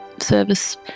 Service